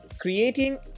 creating